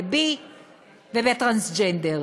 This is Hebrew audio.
בבי ובטרנסג'נדר,